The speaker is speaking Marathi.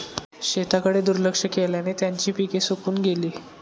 शेताकडे दुर्लक्ष केल्याने त्यांची पिके सुकून गेली